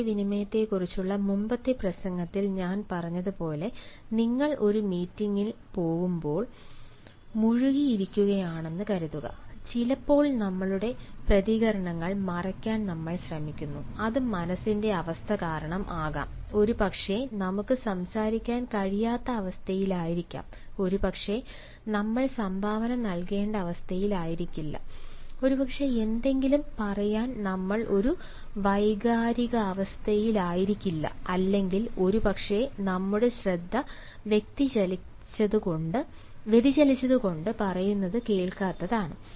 ആശയവിനിമയത്തെക്കുറിച്ചുള്ള മുമ്പത്തെ പ്രസംഗത്തിൽ ഞാൻ പറഞ്ഞതുപോലെ നിങ്ങൾ ഒരു മീറ്റിംഗിൽ പോലും മുഴുകിയിരിക്കുകയാണെന്ന് കരുതുക ചിലപ്പോൾ ഞങ്ങളുടെ പ്രതികരണങ്ങൾ മറയ്ക്കാൻ നമ്മൾ ശ്രമിക്കുന്നു അതു മനസ്സിന്റെ അവസ്ഥ കാരണം ആകാം ഒരുപക്ഷേ നമുക്ക് സംസാരിക്കാൻ കഴിയാത്ത അവസ്ഥയിലായിരിക്കാം ഒരുപക്ഷേ നമ്മൾ സംഭാവന നൽകേണ്ട അവസ്ഥയിലായിരിക്കില്ല ഒരുപക്ഷേ എന്തെങ്കിലും പറയാൻ നമ്മൾ ഒരു വൈകാരികാവസ്ഥയിലായിരിക്കില്ല അല്ലെങ്കിൽ ഒരുപക്ഷേ നമ്മുടെ ശ്രദ്ധ വ്യതിചലിച്ചതുകൊണ്ട് പറയുന്നത് കേൾക്കാത്തതാണ്